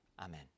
Amen